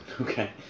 Okay